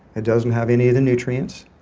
it doesn't have any of the nutrients.